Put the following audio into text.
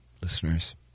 listeners